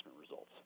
results